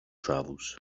travels